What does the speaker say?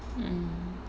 hmm